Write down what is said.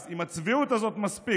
אז עם הצביעות הזאת, מספיק.